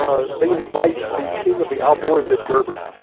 ah they invite the king of the almoravid berbers.